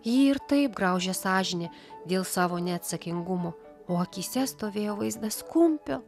jį ir taip graužė sąžinė dėl savo neatsakingumo o akyse stovėjo vaizdas kumpio